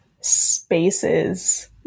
spaces